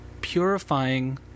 purifying